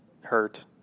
hurt